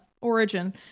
origin